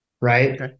right